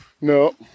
No